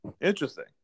Interesting